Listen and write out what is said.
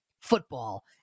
Football